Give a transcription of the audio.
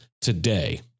today